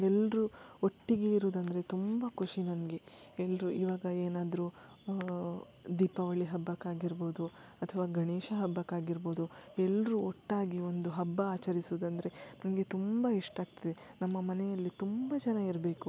ಎಲ್ಲರು ಒಟ್ಟಿಗೆ ಇರೋದಂದ್ರೆ ತುಂಬ ಖುಷಿ ನನಗೆ ಎಲ್ಲರು ಇವಾಗ ಏನಾದರು ದೀಪಾವಳಿ ಹಬ್ಬಕ್ಕಾಗಿರ್ಬೋದು ಅಥವಾ ಗಣೇಶ ಹಬ್ಬಕ್ಕಾಗಿರ್ಬೋದು ಎಲ್ಲರು ಒಟ್ಟಾಗಿ ಒಂದು ಹಬ್ಬ ಆಚರಿಸುವುದಂದರೆ ನನಗೆ ತುಂಬ ಇಷ್ಟ ಆಗ್ತದೆ ನಮ್ಮ ಮನೆಯಲ್ಲಿ ತುಂಬ ಜನ ಇರಬೇಕು